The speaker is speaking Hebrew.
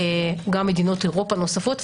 גם מדינות אירופה נוספות,